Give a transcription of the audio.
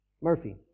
Murphy